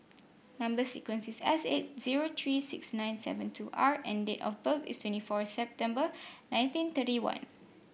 number sequence is S eight zero three six nine seven two R and date of birth is twenty four September nineteen thirty one